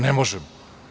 Ne možemo.